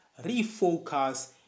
refocus